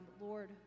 Lord